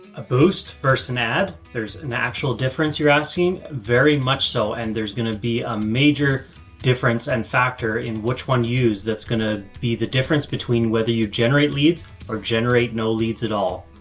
a boost versus an ad, there's an actual difference. you're asking very much so, and there's going to be a major difference and factor in which one use. that's going to be the difference between whether you generate leads or generate no leads at all.